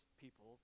people